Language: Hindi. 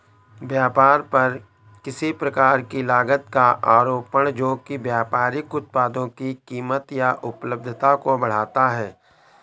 व्यापार पर किसी प्रकार की लागत का आरोपण जो कि व्यापारिक उत्पादों की कीमत या उपलब्धता को बढ़ाता है